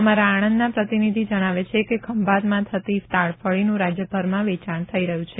અમારા આણંદના પ્રતિનિધિ જણાવે છે કે ખંભાતમાં થતી તાડફળીનું રાજ્યભરમાં વેચાણ થઈ રહ્યું છે